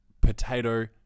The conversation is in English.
Potato